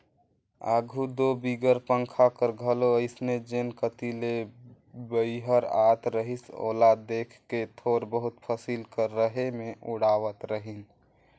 आघु दो बिगर पंखा कर घलो अइसने जेन कती ले बईहर आत रहिस ओला देख के थोर बहुत फसिल कर रहें मे उड़वात रहिन